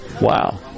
Wow